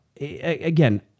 again